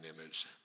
image